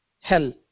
hell